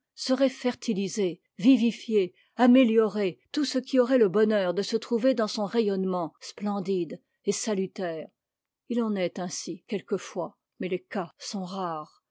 sauraient fertiliser vivifier améliorer tout ce qui aurait le bonheur de se trouver dans son rayonnement splendide et salutaire il en est ainsi quelquefois mais les cas sont rares